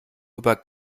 über